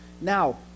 Now